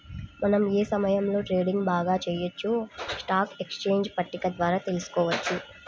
మనం ఏ సమయంలో ట్రేడింగ్ బాగా చెయ్యొచ్చో స్టాక్ ఎక్స్చేంజ్ పట్టిక ద్వారా తెలుసుకోవచ్చు